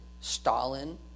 Stalin